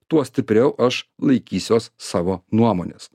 tuo stipriau aš laikysiuos savo nuomonės